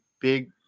big